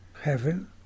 heaven